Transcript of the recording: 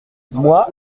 moi